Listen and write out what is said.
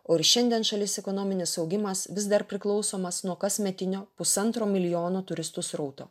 o ir šiandien šalies ekonominis augimas vis dar priklausomas nuo kasmetinio pusantro milijono turistų srauto